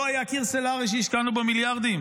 לא היה קיר סולארי שהשקענו בו מיליארדים?